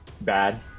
Bad